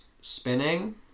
Spinning